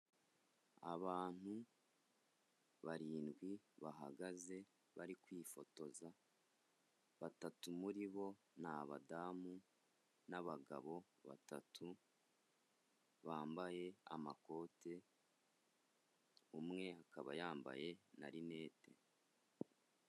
Abantu barindwi bahagaze, bari kwifotoza, batatu muri bo ni abadamu, n'abagabo batatu bambaye amakote, umwe akaba yambaye na rinete.